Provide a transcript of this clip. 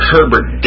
Herbert